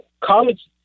College